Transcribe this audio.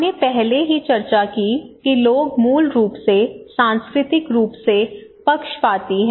हमने पहले ही चर्चा की कि लोग मूल रूप से सांस्कृतिक रूप से पक्षपाती हैं